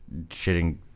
shitting